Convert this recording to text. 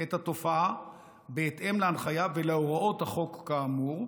את התופעה בהתאם להנחיה ולהוראות החוק כאמור,